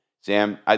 Sam